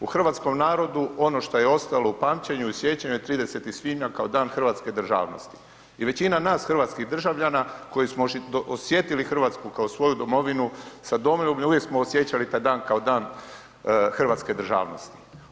U hrvatskom narodu, ono što je ostalo u pamćenju i sjećanju je 30. svibnja kao Dan hrvatske državnosti i većina nas hrvatskih državljana koji smo osjetili Hrvatsku kao svoju domovinu, sa domoljubljem, uvijek smo osjećali taj dan kao Dan hrvatske državnosti.